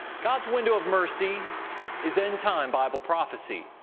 god's window of mercy is end-time bible prophecy.